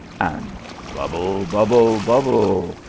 and, bubble bubble bubble,